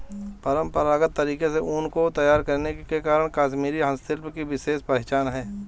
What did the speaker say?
परम्परागत तरीके से ऊन को तैयार करने के कारण कश्मीरी हस्तशिल्प की विशेष पहचान है